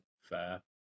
Fair